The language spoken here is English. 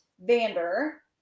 Vander